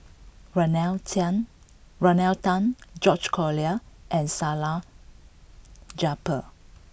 Rodney Tan George Collyer and Salleh Japar